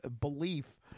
belief